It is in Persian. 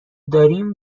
داریم